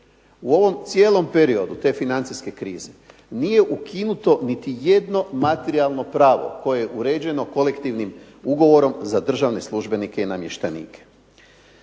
U ovom cijelom periodu te financijske krize, nije ukinuto niti jedno materijalno pravo koje je uređeno kolektivnim ugovorom za državne službenike i namještenike.